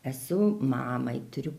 esu mamai turiu